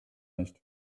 nicht